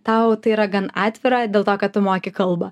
tau tai yra gan atvira dėl to kad tu moki kalbą